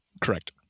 correct